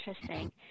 Interesting